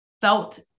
felt